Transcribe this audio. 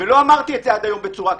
ולא אמרתי את זה עד היום בצורה כזו.